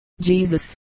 Jesus